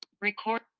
Record